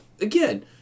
again